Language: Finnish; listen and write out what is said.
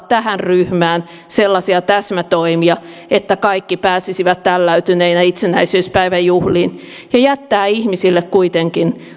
tähän ryhmään sellaisia täsmätoimia että kaikki pääsisivät tälläytyneinä itsenäisyyspäivän juhliin ja jättää ihmisille kuitenkin